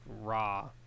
raw